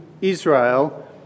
Israel